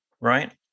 Right